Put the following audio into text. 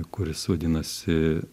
kuris vadinasi